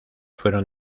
fueron